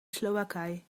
slowakei